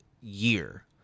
year